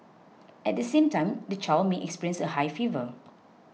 at the same time the child may experience a high fever